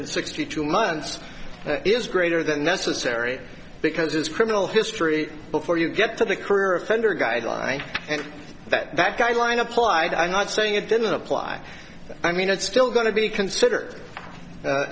hundred sixty two months is greater than necessary because it's criminal history before you get to the career of offender guidelines and that that guideline applied i'm not saying it didn't apply i mean it's still going to be considered